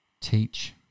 teach